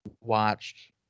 watched